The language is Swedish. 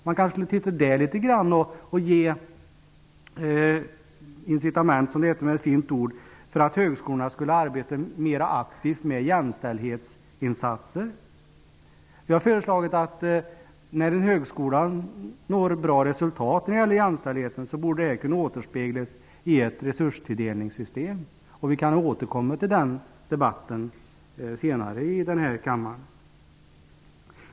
Man kanske skulle titta litet grand på detta och ge incitament, som det heter med ett fint ord, för att högskolorna skulle arbeta mer aktivt med jämställdhetsinsatser. Vi har föreslagit att det när en högskola når bra resultat när det gäller jämställdheten, borde kunna återspeglas i ett resurstilldelningssystem. Vi kan återkomma till den debatten senare här i kammaren.